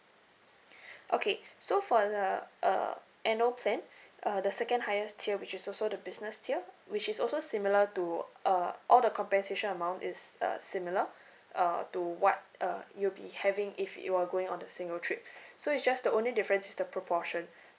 okay so for the uh annual plan uh the second highest tier which is also the business tier which is also similar to uh all the compensation amount is uh similar uh to what uh you'll be having if you are going on the single trip so it's just the only difference is the proportion